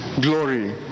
glory